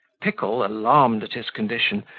pickle, alarmed at his condition,